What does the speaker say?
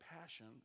passion